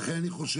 לכן אני חושב,